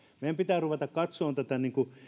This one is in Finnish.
meidän pitää ruveta katsomaan tätä